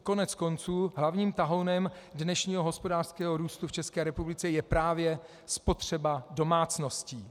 Koneckonců hlavním tahounem dnešního hospodářského růstu v České republice je právě spotřeba domácností.